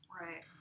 Right